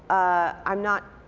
i'm not